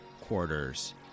quarters